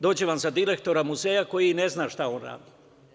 Dođe vam za direktora muzeja koji ne zna šta on radi.